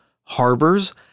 harbors